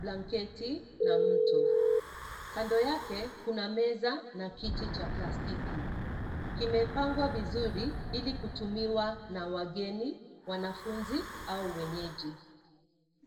blanketi na mto. Kando yake, kuna meza na kiti cha plastiki. Kimepangwa vizuri ili kutumiwa na wageni, wanafunzi au wenyeji.